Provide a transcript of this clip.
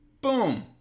boom